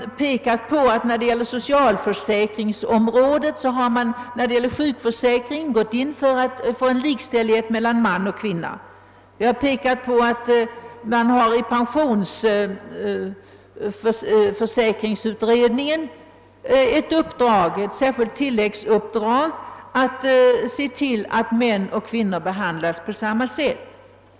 På <socialförsäkringsområdet har man, när det gäller sjukförsäkring, gått in för likställighet mellan man och kvinna, och pensionsförsäkringsutredningen har ett särskilt tilläggsuppdrag att se till att män och kvinnor behandlas på samma sätt i pensionslagstiftningen.